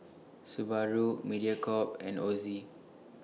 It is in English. Subaru Mediacorp and Ozi